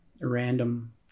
random